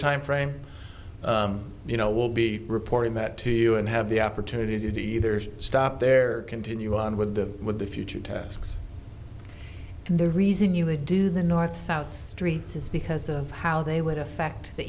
timeframe you know we'll be reporting that to you and have the opportunity to either stop there continue on with the with the future tasks and the reason you may do the north south streets is because of how they would affect the